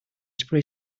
spray